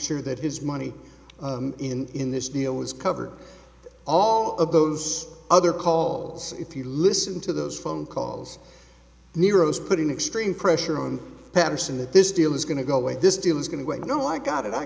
sure that his money in this deal was covered all of those other calls if you listen to those phone calls nero's putting extreme pressure on paterson that this deal is going to go away this deal is going to wait no i got it i